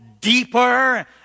deeper